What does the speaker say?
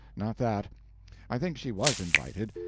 not that i think she was invited,